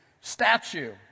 statue